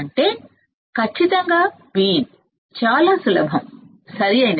అంటే ఖచ్చితంగా Vin చాలా సులభం సరియైనది